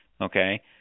okay